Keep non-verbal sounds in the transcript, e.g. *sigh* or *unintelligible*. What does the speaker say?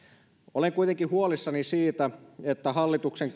olen kuitenkin huolissani siitä että hallituksen *unintelligible*